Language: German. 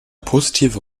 positive